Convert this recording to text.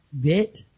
bit